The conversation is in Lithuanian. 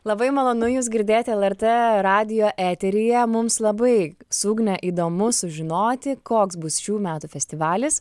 labai malonu jus girdėti lrt radijo eteryje mums labai su ugne įdomu sužinoti koks bus šių metų festivalis